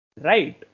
Right